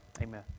Amen